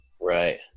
Right